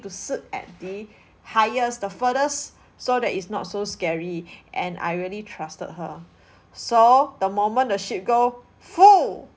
to sit at the highest the furthest so that it's not so scary and I really trusted her so the moment the ship go !fuh!